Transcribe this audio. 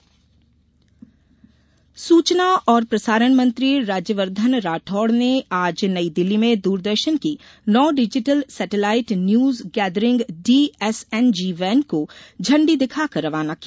सूचना और प्रसारण मंत्री सूचना और प्रसारण मंत्री राज्यववर्धन राठौड़ ने आज नई दिल्ली में दूरदर्शन की नौ digital satellite news gathering D S N G van को झंडी दिखाकर रवाना किया